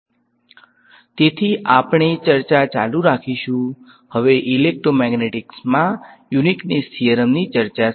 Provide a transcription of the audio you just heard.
તેથી અમે આપણે ચર્ચા ચાલુ રાખીશું હવે ઇલેક્ટ્રોમેગ્નેટિક્સમાં યુનીક્નેસ થીયરમની ચર્ચા સાથે